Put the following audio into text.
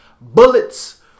bullets